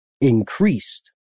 increased